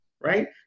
right